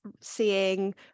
seeing